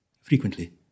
Frequently